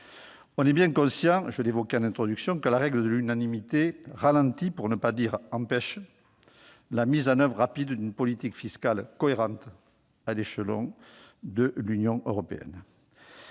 sommes bien conscients, je l'ai évoqué en introduction, la règle de l'unanimité ralentit, pour ne pas dire empêche, la mise en oeuvre rapide d'une politique fiscale cohérente à l'échelle de l'Union européenne.